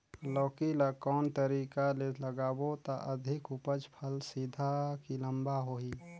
लौकी ल कौन तरीका ले लगाबो त अधिक उपज फल सीधा की लम्बा होही?